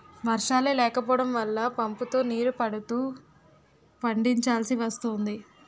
వర్షాలే లేకపోడం వల్ల పంపుతో నీరు పడుతూ పండిచాల్సి వస్తోంది